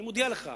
אני מודיע לך,